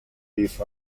beef